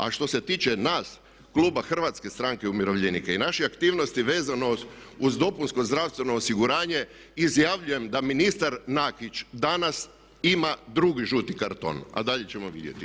A što se tiče nas, kluba Hrvatske stranke umirovljenika i naših aktivnosti vezano uz dopunsko zdravstveno osiguranje izjavljujem da ministar Nakić danas ima drugi žuti karton a dalje ćemo vidjeti.